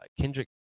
Kendrick